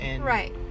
Right